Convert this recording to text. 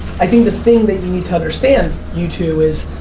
i think the thing that you need to understand, you too is,